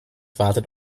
wartet